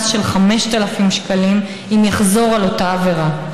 של 5,000 שקלים אם יחזור על אותה עבירה.